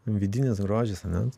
vidinis grožis ane